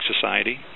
Society